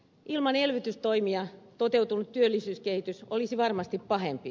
ilman elvytystoimia toteutunut työllisyyskehitys olisi varmasti pahempi